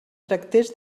tractés